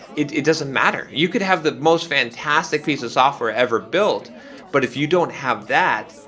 it it doesn't matter. you could have the most fantastic piece of software ever built but if you don't have that,